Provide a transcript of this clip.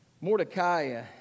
Mordecai